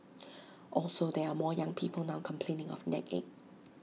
also there are more young people now complaining of neck ache